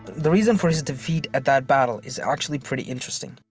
the reason for his defeat at that battle is actually pretty interesting.